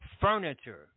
furniture